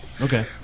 Okay